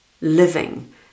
living